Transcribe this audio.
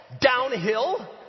downhill